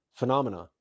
phenomena